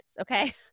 okay